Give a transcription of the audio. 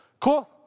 Cool